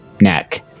neck